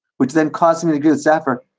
which then caused him to get zafir.